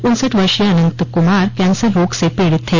उन्सठ वर्षीय अनंत कुमार कैंसर रोग से पीड़ित थे